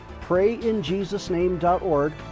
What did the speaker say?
PrayInJesusName.org